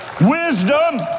Wisdom